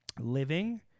living